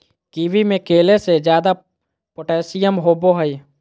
kiwi में केले से ज्यादा पोटेशियम होबो हइ